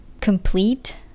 Complete